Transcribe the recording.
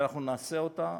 שנכין אותה,